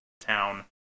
town